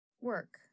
Work